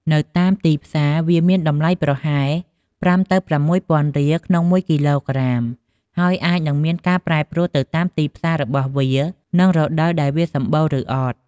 នៅតាមទីផ្សារវាមានតម្លៃប្រហែល ៥ ទៅ ៦ ពាន់រៀលក្នុងមួយគីឡូក្រាម ហើយអាចនិងមានការប្រែប្រួលទៅតាមទីផ្សាររបស់វានិងរដូវដែលវាសម្បូរឬអត់។